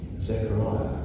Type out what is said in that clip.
Zechariah